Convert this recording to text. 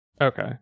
okay